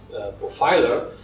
profiler